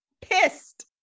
Pissed